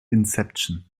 inception